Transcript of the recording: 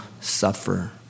suffer